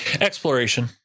exploration